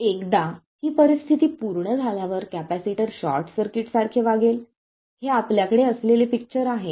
आणि एकदा ही परिस्थिती पूर्ण झाल्यावर कॅपेसिटर शॉर्ट सर्किट्स सारखे वागेल हे आपल्याकडे असलेले पिक्चर आहे